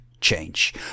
change